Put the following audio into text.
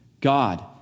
God